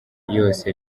yose